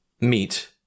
meet